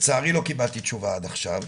לצערי לא קיבלתי תשובה עד עכשיו.